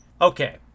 Okay